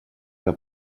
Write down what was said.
que